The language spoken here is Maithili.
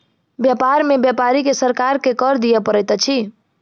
व्यापार में व्यापारी के सरकार के कर दिअ पड़ैत अछि